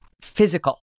physical